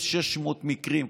1,600 מקרים.